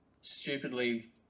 stupidly